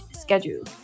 schedule